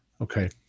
Okay